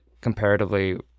comparatively